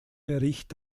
bericht